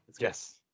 Yes